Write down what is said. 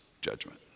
judgment